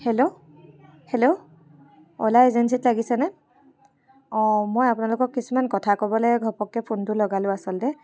hello hello অ'লা এজেঞ্চীত লাগিছেনে অঁ মই আপোনালোকক কিছুমান কথা ক'বলৈ ঘপককৈ ফোনটো লগালোঁ আচলতে